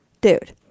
Dude